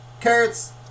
carrots